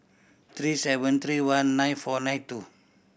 three seven three one nine four nine two